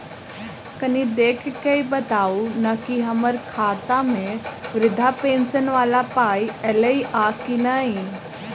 कनि देख कऽ बताऊ न की हम्मर खाता मे वृद्धा पेंशन वला पाई ऐलई आ की नहि?